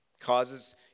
Causes